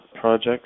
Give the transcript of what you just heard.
projects